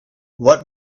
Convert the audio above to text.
what